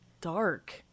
dark